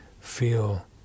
feel